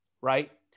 right